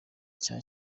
cya